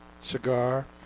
cigar